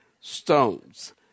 stones